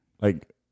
like-